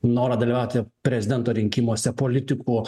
norą dalyvauti prezidento rinkimuose politikų